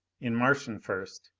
in martian first,